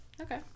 Okay